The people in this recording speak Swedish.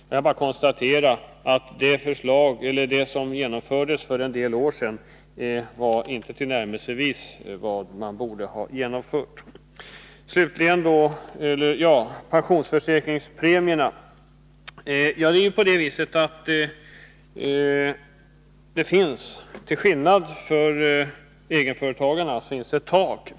Jag vill bara konstatera att de beskattningsregler som genomfördes för en del år sedan inte tillnärmelsevis var vad man borde ha genomfört. När det gäller pensionsförsäkringspremierna är det på det viset att det för löntagarna — till skillnad mot vad som gäller för egenföretagarna — finns ett tak.